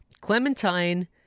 Clementine